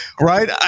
right